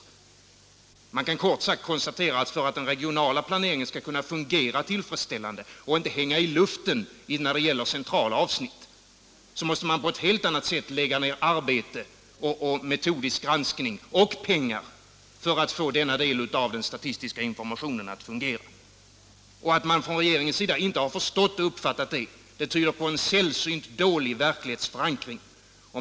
ka centralbyrån Kort sagt kan man konstatera, att för att den regionala planeringen skall fungera tillfredsställande och inte hänga i luften när det gäller cen trala avsnitt, måste man på ett helt annat sätt lägga ned arbete och me todisk granskning, och satsa pengar, för att få denna del av den statistiska informationen att fungera. Att regeringen inte har förstått och uppfattat det tyder på en sällsynt dålig verklighetsförankring.